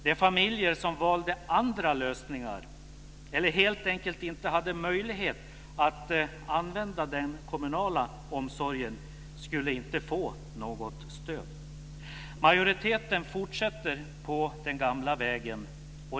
De familjer som valde andra lösningar eller helt enkelt inte hade möjlighet att använda den kommunala omsorgen skulle inte få något stöd. Majoriteten fortsätter på den gamla vägen.